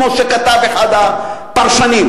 כמו שכתב אחד הפרשנים.